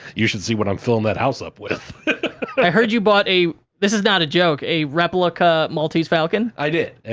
you should see what i'm filling that house up with. i heard you bought a, this is not a joke, a replica maltese falcon. i did.